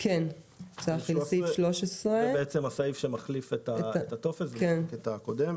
נמשיך לסעיף 13. זה הסעיף שמחליף את הטופס הקודם.